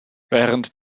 während